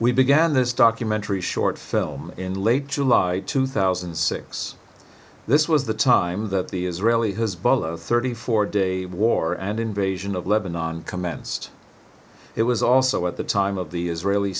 we began this documentary short selma in late july two thousand and six this was the time that the israeli has bhalo thirty four day war and invasion of lebanon commenced it was also at the time of the israeli